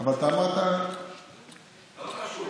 אבל אתה אמרת, לא קשור.